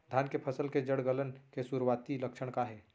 धान के फसल के जड़ गलन के शुरुआती लक्षण का हे?